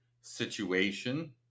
situation